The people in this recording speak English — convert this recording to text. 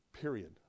period